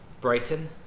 Brighton